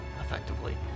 effectively